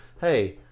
hey